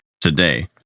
today